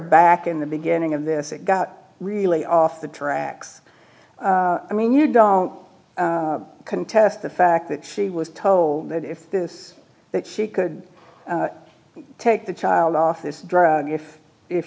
back in the beginning of this it got really off the tracks i mean you don't contest the fact that she was told that if this that she could take the child off this drug if if